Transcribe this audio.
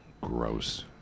Gross